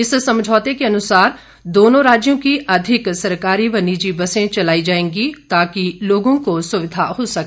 इस समझौते के अनुसार दोनों राज्यों की अधिक सरकारी व निजी बसें चलाई जाएंगी ताकि लोगों को सुविधा हो सके